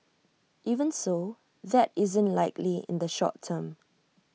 even so that isn't likely in the short term